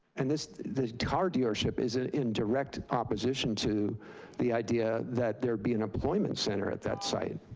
and this, the car dealership is in in direct opposition to the idea that there be an employment center at that site.